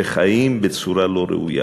שחיים בצורה לא ראויה,